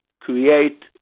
create